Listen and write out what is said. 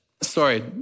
sorry